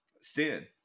sin